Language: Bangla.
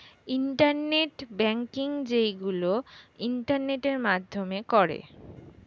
ইন্টারনেট ব্যাংকিং যেইগুলো ইন্টারনেটের মাধ্যমে করে